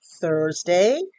Thursday